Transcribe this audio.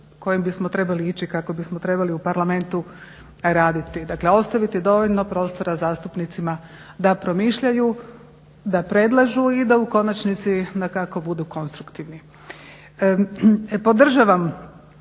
kojim bismo trebali ići kako bismo trebali u Parlamentu raditi. Dakle, ostaviti dovoljno prostora zastupnicima da promišljaju, da predlažu i da u konačnici dakako budu konstruktivni. Podržavam,